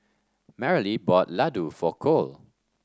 Marilee bought Ladoo for Cole